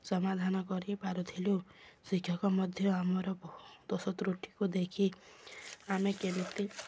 ସମାଧାନ କରିପାରୁଥିଲୁ ଶିକ୍ଷକ ମଧ୍ୟ ଆମର ବହୁ ଦୋଷ ତୃଟିକୁ ଦେଖି ଆମେ କେମିତି